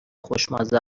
خوشمزه